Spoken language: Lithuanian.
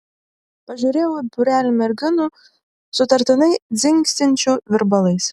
pažiūrėjau į būrelį merginų sutartinai dzingsinčių virbalais